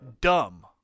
dumb